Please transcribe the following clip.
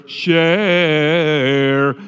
share